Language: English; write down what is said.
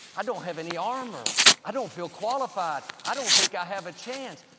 i don't have any armor. i don't feel qualified. i don't think i have a chance.